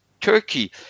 Turkey